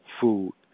food